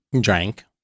Drank